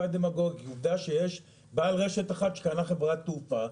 עובדה שיש בעל רשת אחת שקנה חברת